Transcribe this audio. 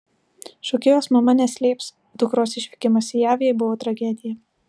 šokėjos mama neslėps dukros išvykimas į jav jai buvo tragedija